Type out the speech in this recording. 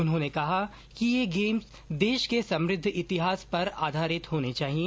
उन्होंने कहा कि ये गेम्स देश के समृद्व इतिहास पर आधारित होने चाहिए